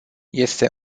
este